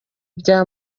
bya